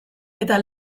eta